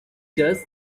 just